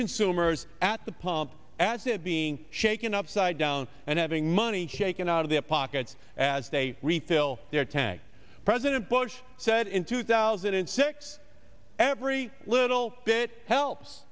consumers at the pump as it being shaken upside down and having money shaken out of their pockets as they refill their tank president bush said in two thousand and six every little bit helps